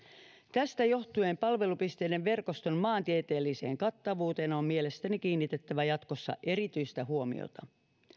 tästä johtuen palvelupisteiden verkoston maantieteelliseen kattavuuteen on mielestäni kiinnitettävä jatkossa erityistä huomiota